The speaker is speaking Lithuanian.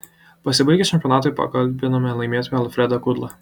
pasibaigus čempionatui pakalbinome laimėtoją alfredą kudlą